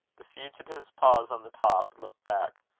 the fugitives pause on the top, look back,